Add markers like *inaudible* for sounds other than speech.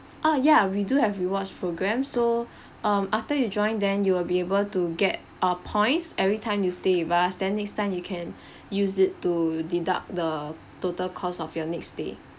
uh ya we do have rewards program so *breath* um after you join then you will be able to get uh points every time you stay with us then next time you can *breath* use it to deduct the total cost of your next stay